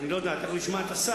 אני לא יודע, תיכף נשמע את השר.